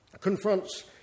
confronts